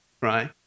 right